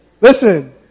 Listen